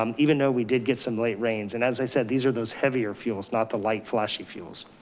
um even though we did get some late rains, and as i said, these are those heavier fuels, not the light flashy fuels.